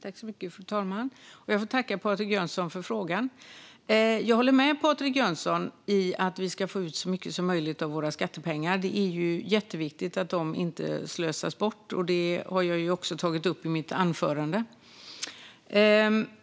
Fru talman! Jag får tacka Patrik Jönsson för frågan. Jag håller med honom om att vi ska få ut så mycket som möjligt av våra skattepengar. Det är jätteviktigt att de inte slösas bort, och det har jag också tagit upp i mitt anförande.